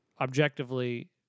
objectively